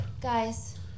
Guys